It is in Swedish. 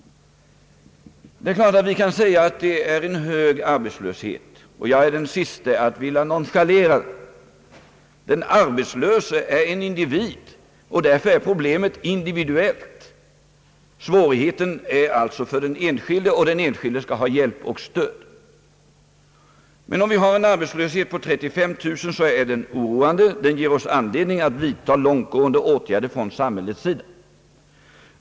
Vi kan säga att vi just nu har en hög arbetslöshet, och jag är den siste att vilja nonchalera den. Den arbetslöse är en individ, och därför är problemet individuellt. Det är alltså den enskilde som har svårigheter, och den enskilde skall ha hjälp och stöd. Om vi nu har 35 000 arbetslösa människor, är denna arbetslöshet alltså oroande. Den ger samhället anledning att vidta långtgående åtgärder.